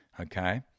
Okay